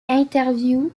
interviews